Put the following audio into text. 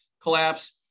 collapse